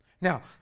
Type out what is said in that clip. Now